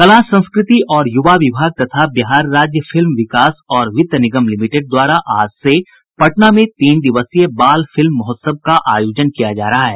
कला संस्कृति और युवा विभाग तथा बिहार राज्य फिल्म विकास और वित्त निगम लिमिटेड द्वारा आज से पटना में तीन दिवसीय बाल फिल्म महोत्सव का आयोजन किया जा रहा है